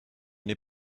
n’ai